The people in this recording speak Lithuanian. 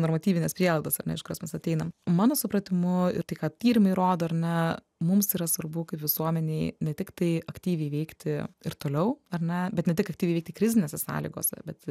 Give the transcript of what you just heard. normatyvines prielaidas ar ne iš kurios mes ateinam mano supratimu ir tai ką tyrimai rodo ar ne mums yra svarbu kaip visuomenei ne tiktai aktyviai veikti ir toliau ar ne bet ne tik aktyviai veikti krizinėse sąlygose bet